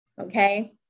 Okay